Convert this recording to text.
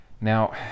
Now